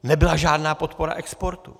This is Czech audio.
Nebyla žádná podpora exportu.